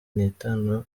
nitanu